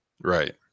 right